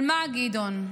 על מה, גדעון?